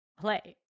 play